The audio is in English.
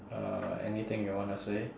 uh anything you wanna say